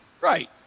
Right